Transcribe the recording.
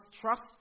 trust